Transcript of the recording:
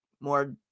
more